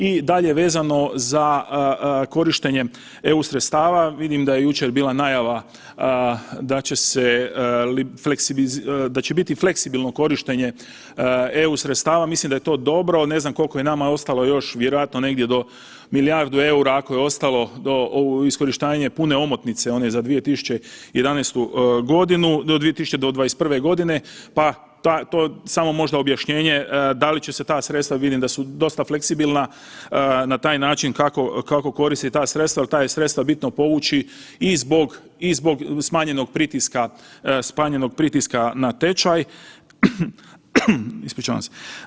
I dalje vezano za korištenje EU sredstava, vidim da je jučer bila najava da će se, da će biti fleksibilno korištenje EU sredstava, mislim da je to dobro, ne znam koliko je nama ostalo još vjerojatno negdje do milijardu EUR-a ako je ostalo do iskorištavanje pune omotnice one za 2011. godinu do 2021. godine, pa to samo možda objašnjenje da li će se ta sredstva, vidim da su dosta fleksibilna na taj način kako koristi ta sredstva jer ta je sredstva bitno povući i zbog smanjenog pritiska na tečaj, ispričavam se.